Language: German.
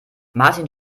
martin